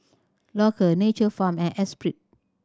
Loacker Nature Farm and Espirit